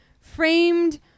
framed